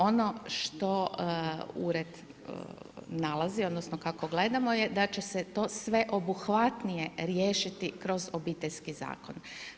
Ono što Ured nalazi, odnosno kako gledamo je da će se to sve obuhvatnije riješiti kroz Obiteljski zakon.